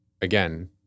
Again